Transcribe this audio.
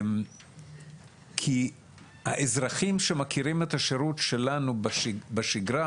כי האזרחים שמכירים את השירות שלנו בשגרה